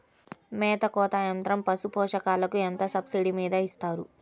మేత కోత యంత్రం పశుపోషకాలకు ఎంత సబ్సిడీ మీద ఇస్తారు?